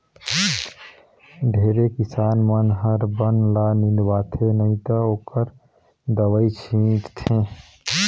ढेरे किसान मन हर बन ल निंदवाथे नई त ओखर दवई छींट थे